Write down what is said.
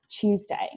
Tuesday